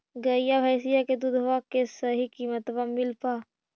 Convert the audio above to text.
गईया भैसिया के दूधबा के सही किमतबा मिल पा?